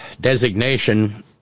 designation